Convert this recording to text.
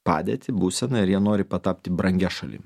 padėtį būseną ir jie nori patapti brangia šalim